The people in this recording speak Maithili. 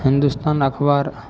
हिन्दुस्तान अखबार